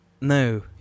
No